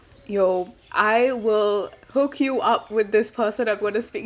yo I will hook you up with this person I'm going to speak